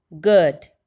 Good